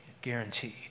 guaranteed